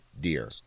deer